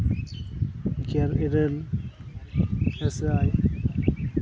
ᱜᱮᱞ ᱤᱨᱟᱹᱞ ᱜᱮ ᱥᱟᱭ